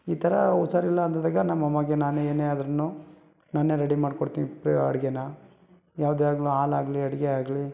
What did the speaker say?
ಈ ಥರ ಹುಷಾರಿಲ್ಲ ಅಂದಾಗ ನಮ್ಮಮ್ಮಗೆ ನಾನೇ ಏನೇ ಆದರೂ ನಾನೇ ರೆಡಿ ಮಾಡಿಕೊಡ್ತೀನಿ ಅಡುಗೆನ ಯಾವುದೇ ಆಗಲೂ ಹಾಲು ಆಗಲಿ ಅಡುಗೆ ಆಗಲಿ